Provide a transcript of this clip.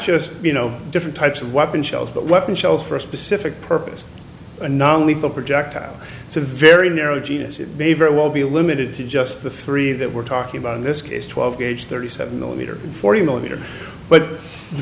just you know different types of weapon shells but weapon shells for a specific purpose a non lethal projectile it's a very narrow genus it may very well be limited to just the three that we're talking about in this case twelve gauge thirty seven millimeter forty millimeter but the